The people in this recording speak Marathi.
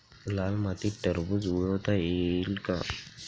लाल मातीत टरबूज उगवता येईल का?